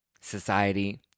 society